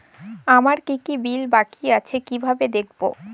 আমার কি কি বিল বাকী আছে কিভাবে দেখবো?